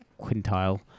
quintile